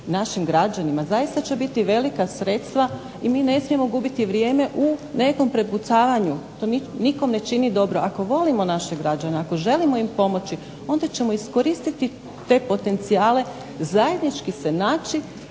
našim građanima, zaista će biti velika sredstva i mi ne smijemo gubiti vrijeme u nekom prepucavanju, to nikome ne čini dobro. Ako volimo naše građane, ako želimo pomoći, onda ćemo iskoristiti te potencijale, zajednički se naći,